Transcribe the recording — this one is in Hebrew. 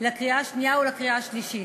לקריאה השנייה ולקריאה השלישית.